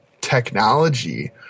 technology